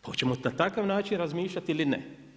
Pa hoćemo li na takav način razmišljati ili ne?